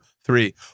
three